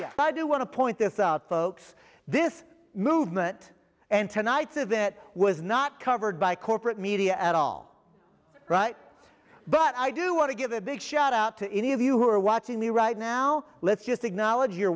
but i do want to point this out folks this movement and tonight's of that was not covered by corporate media at all right but i do want to give a big shout out to any of you who are watching me right now let's just acknowledge you're